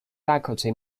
faculty